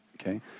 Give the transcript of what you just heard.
okay